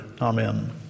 Amen